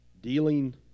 Dealing